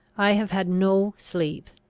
i have had no sleep.